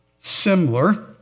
similar